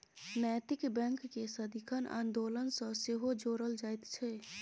नैतिक बैंककेँ सदिखन आन्दोलन सँ सेहो जोड़ल जाइत छै